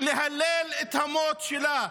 להלל את המוות שלה.